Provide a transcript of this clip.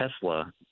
Tesla